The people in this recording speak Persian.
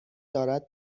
دارد